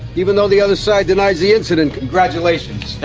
even though the other side denies the incident, congratulations.